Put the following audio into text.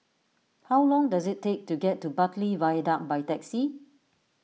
how long does it take to get to Bartley Viaduct by taxi